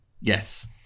Yes